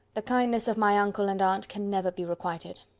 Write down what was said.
the kindness of my uncle and aunt can never be requited.